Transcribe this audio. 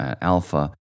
alpha